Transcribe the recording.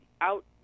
out